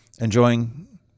enjoying